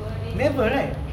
never right